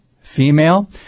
female